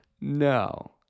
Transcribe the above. No